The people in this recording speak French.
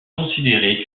considérer